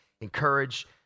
encourage